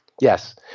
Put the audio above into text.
Yes